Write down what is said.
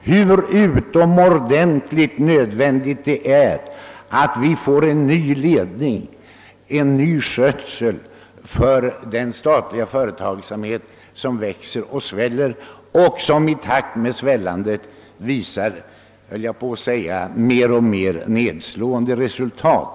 hur utomordentligt nödvändigt det är att få både en ny ledning för och ett nytt sätt att sköta den statliga företagsverksamheten, som växer och som i takt därmed snarast uppvisar alltmer nedslående resultat.